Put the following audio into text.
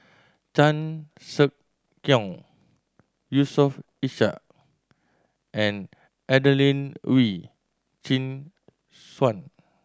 Chan Sek Keong Yusof Ishak and Adelene Wee Chin Suan